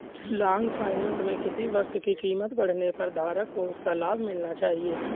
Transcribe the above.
long finance में किसी वस्तु की कीमत बढ़ने पर धारक को उसका लाभ मिलना चाहिए